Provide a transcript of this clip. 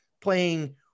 playing